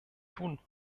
tun